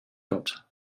gott